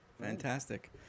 Fantastic